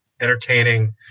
entertaining